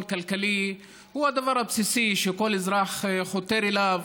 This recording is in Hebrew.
כלכלי הוא הדבר הבסיסי שכל אזרח חותר אליו.